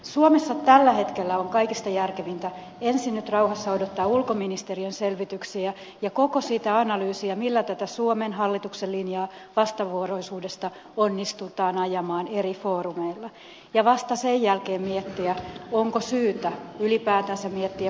suomessa tällä hetkellä on kaikista järkevintä ensin nyt rauhassa odottaa ulkoministeriön selvityksiä ja koko sitä analyysia millä tätä suomen hallituksen linjaa vastavuoroisuudesta onnistutaan ajamaan eri foorumeilla ja vasta sen jälkeen on järkevää miettiä onko syytä ylipäätänsä miettiä kotimaista lainsäädäntöä